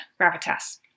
Gravitas